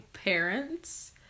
parents